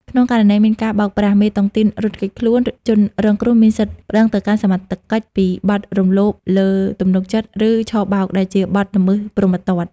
ក្នុងករណីមានការបោកប្រាស់ ឬមេតុងទីនរត់គេចខ្លួន ជនរងគ្រោះមានសិទ្ធិប្ដឹងទៅកាន់សមត្ថកិច្ចពីបទ "រំលោភលើទំនុកចិត្ត" ឬ "ឆបោក" ដែលជាបទល្មើសព្រហ្មទណ្ឌ។